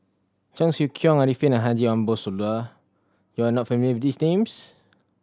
Cheong Siew Keong Arifin and Haji Ambo Sooloh you are not familiar with these names